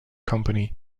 company